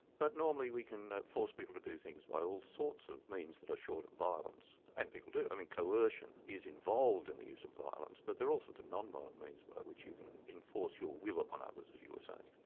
but normally we can force people to do things by all sorts of means that are short of violence. and people do, i mean coercion is involved in the use of violence but there are all sorts of non-violent means by which you can enforce your will upon others, as you were saying.